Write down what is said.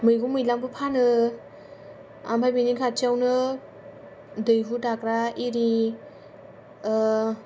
मैगं मैलाबो फानो ओमफाय बेनि खाथियावनो दैहु दाग्रा एरि